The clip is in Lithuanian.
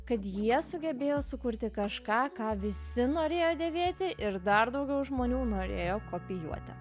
kad jie sugebėjo sukurti kažką ką visi norėjo dėvėti ir dar daugiau žmonių norėjo kopijuoti